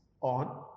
on